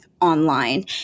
online